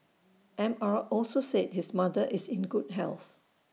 M R also said his mother is in good health